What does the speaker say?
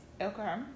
okay